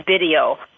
video